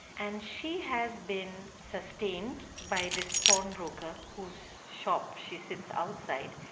and she has been sustained by this pawnbroker whose shop she sits outside,